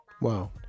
wow